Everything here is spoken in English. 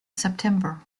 september